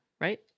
Right